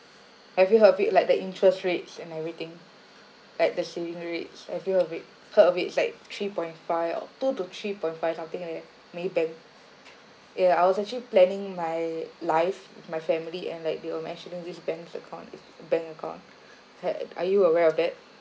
have you heard of it like the interest rates and everything like the ceiling rates have you heard of it heard of it is like three point five or two to three point five something like that maybank yeah I was actually planning my life with my family and like they were mentioning this bank's account its bank account had are you aware of that